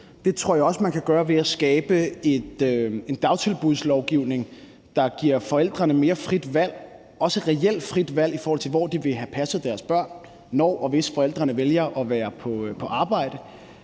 Jeg tror også, man kan gøre det ved at skabe en dagtilbudslovgivning, der giver forældrene mere frit valg, også reelt frit valg, i forhold til hvor de vil have passet deres børn, når og hvis forældrene vælger at være på arbejde.